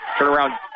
turnaround